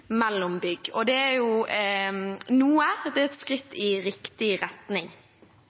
mellom bygg. Det er jo noe. Det er et skritt i riktig retning.